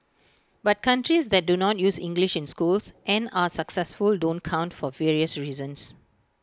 but countries that do not use English in schools and are successful don't count for various reasons